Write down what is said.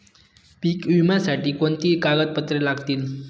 पीक विम्यासाठी कोणती कागदपत्रे लागतील?